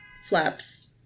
flaps